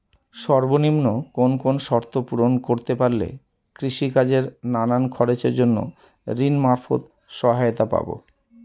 সর্বনিম্ন কোন কোন শর্ত পূরণ করতে পারলে কৃষিকাজের নানান খরচের জন্য ঋণ মারফত সহায়তা পাব?